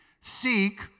Seek